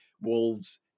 wolves